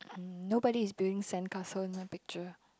nobody is building sandcastle in my picture